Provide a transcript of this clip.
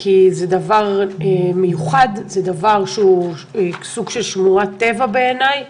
כי זה דבר מיוחד, זה סוג של שמורת טבע בעיניי,